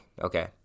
Okay